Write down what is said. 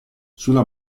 sulla